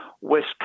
West